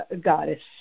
goddess